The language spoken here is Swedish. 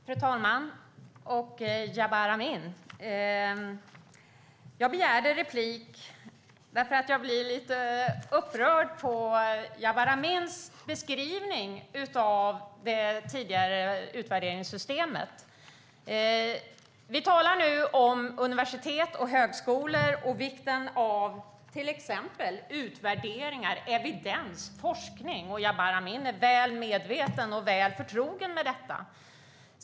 Fru talman! Jag begärde replik därför att jag blir lite upprörd av Jabar Amins beskrivning av det tidigare utvärderingssystemet. Vi talar nu om universitet och högskolor och vikten av utvärderingar, evidens och forskning. Jabar Amin är väl medveten om och väl förtrogen med detta.